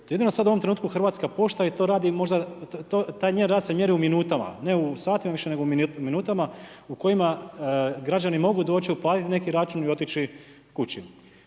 jedino sada u ovom trenutku Hrvatska pošta i taj njen rad se mjeri u minutama, ne u satima više, nego u minutama u kojima građani mogu doći, uplatiti neki račun i otići kući.